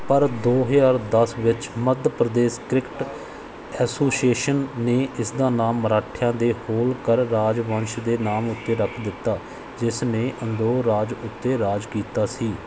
ਪਰ ਦੋ ਹਜ਼ਾਰ ਦਸ ਵਿੱਚ ਮੱਧ ਪ੍ਰਦੇਸ਼ ਕ੍ਰਿਕਟ ਐਸੋਸੀਏਸ਼ਨ ਨੇ ਇਸ ਦਾ ਨਾਮ ਮਰਾਠਿਆਂ ਦੇ ਹੋਲਕਰ ਰਾਜਵੰਸ਼ ਦੇ ਨਾਮ ਉੱਤੇ ਰੱਖ ਦਿੱਤਾ ਜਿਸ ਨੇ ਇੰਦੌਰ ਰਾਜ ਉੱਤੇ ਰਾਜ ਕੀਤਾ ਸੀ